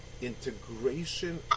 integration